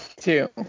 two